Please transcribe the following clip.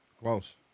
Close